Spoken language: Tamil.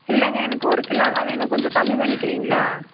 இல்லைங்க எனக்கு ஒரு கிலோ தான் வேணும் கொஞ்சம் கம்மி பண்ணிக்கிறீங்களா